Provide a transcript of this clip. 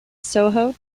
soho